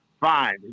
fine